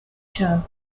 job